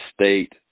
state